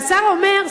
והשר אומר,